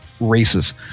races